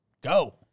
Go